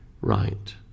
right